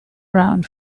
around